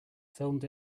filmed